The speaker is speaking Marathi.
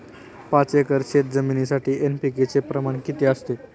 पाच एकर शेतजमिनीसाठी एन.पी.के चे प्रमाण किती असते?